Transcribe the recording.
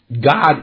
God